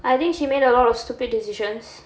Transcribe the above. I think she made a lot of stupid decisions